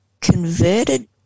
converted